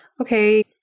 okay